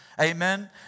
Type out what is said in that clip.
amen